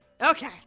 Okay